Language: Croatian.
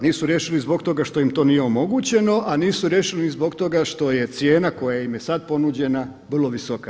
Nisu riješili zbog toga što im to nije omogućeno, a nisu riješili ni zbog toga što je cijena koja im je sada ponuđena vrlo visoka.